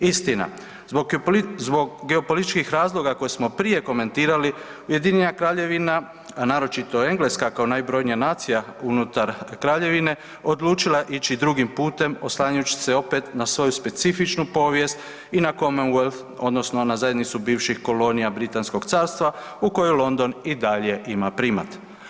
Istina, zbog geopolitičkih razlike koje smo prije komentirali Ujedinjena Kraljevina, a naročito Engleska kao najbrojnija nacija unutar Kraljevine, odlučila ići drugim putem oslanjajući se opet na svoju specifičnu povijest i na zajednicu bivših kolonija Britanskog carstva u kojoj London i dalje ima primat.